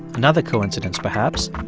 another coincidence perhaps.